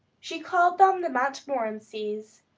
she called them the montmorencys,